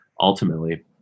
ultimately